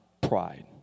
pride